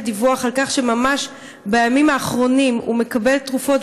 דיווח על כך שממש בימים האחרונים הוא מקבל תרופות,